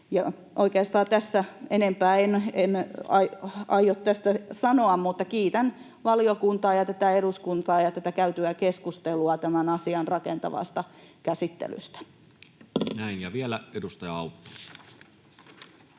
Oikeastaan enempää en aio tästä sanoa mutta kiitän valiokuntaa ja tätä eduskuntaa ja tätä käytyä keskustelua tämän asian rakentavasta käsittelystä. Näin. — Vielä edustaja Autto.